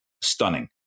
stunning